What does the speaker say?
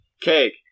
cake